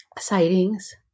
sightings